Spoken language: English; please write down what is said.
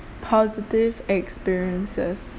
positive experiences